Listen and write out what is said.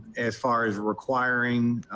as far as requiring